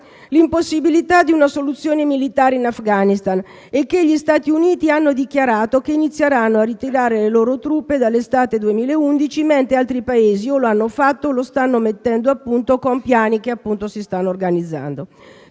l'impossibilità di una soluzione militare in Afghanistan e che gli Stati Uniti hanno dichiarato che inizieranno a ritirare le loro truppe dall'estate 2011, mentre altri Paesi o l'hanno fatto o stanno mettendo a punto piani per procedere in tal senso».